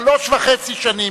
שלוש וחצי שנים,